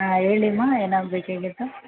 ಹಾಂ ಹೇಳಿಮ್ಮಾ ಏನಾಗ್ಬೇಕಾಗಿತ್ತು